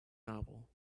novel